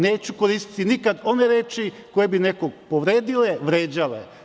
Neću koristiti nikad one reči koje bi nekoga povredile, vređale.